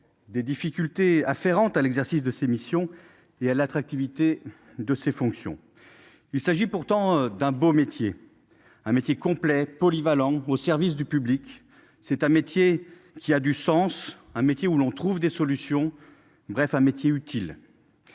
des difficultés afférentes à l'exercice de ses missions et à l'attractivité de ses fonctions. Il s'agit pourtant d'un beau métier. Un métier complet, polyvalent au service du public, c'est un métier qui a du sens, un métier où l'on trouve des solutions. Bref, un métier utile.